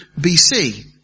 BC